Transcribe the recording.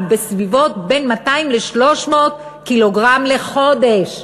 היא בין 200 ל-300 קילוגרם לחודש.